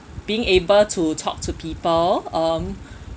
being able to talk to people um